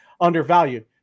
undervalued